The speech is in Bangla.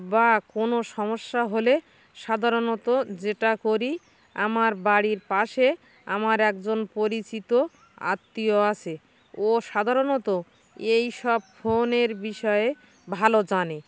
বা কোনো সমস্যা হলে সাধারণত যেটা করি আমার বাড়ির পাশে আমার একজন পরিচিত আত্মীয় আসে ও সাধারণত এইসব ফোনের বিষয়ে ভালো জানে